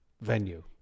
venue